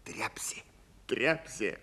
trepsė trepsė